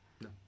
No